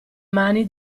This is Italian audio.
mani